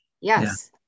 Yes